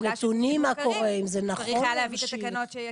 הגופים המוכרים צריך היה להביא את התקנות.